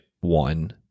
one